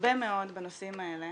הרבה מאוד בנושאים האלה